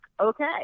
okay